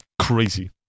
crazy